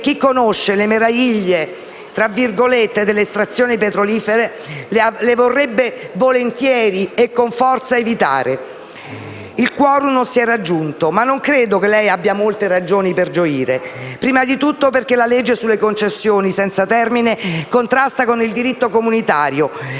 chi conosce le «meraviglie» dell'estrazione petrolifera, vorrebbe volentieri e con forza evitarle. Il *quorum* non si è raggiunto, ma non credo lei abbia molte ragioni per gioire, e prima di tutto perché la legge sulle concessioni senza termine contrasta con il diritto comunitario,